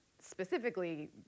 specifically